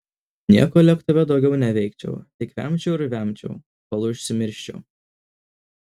nieko lėktuve daugiau neveikčiau tik vemčiau ir vemčiau kol užsimirščiau